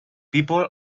people